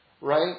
Right